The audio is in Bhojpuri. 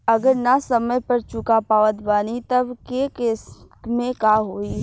अगर ना समय पर चुका पावत बानी तब के केसमे का होई?